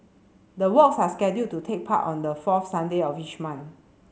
the walks are scheduled to take part on the fourth Sunday of each month